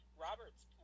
Robert's